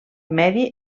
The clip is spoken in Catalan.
medi